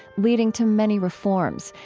leading to many reforms,